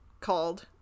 called